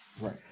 Right